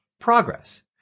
progress